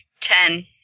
Ten